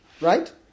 right